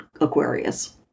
Aquarius